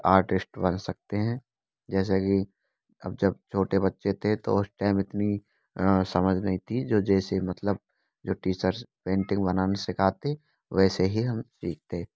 एक आर्टिस्ट बन सकते हैं जैसे की अब जब छोटे बच्चे थे तो उस इतनी समझ नहीं थी जो जैसे मतलब जो टीचर्स पेंटिंग बनाना सिखाते हैं वैसे ही हम सीखते